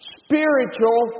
spiritual